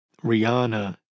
Rihanna